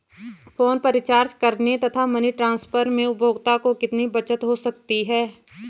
Phone पर recharge करने तथा मनी ट्रांसफर में उपभोक्ता को कितनी बचत हो सकती है?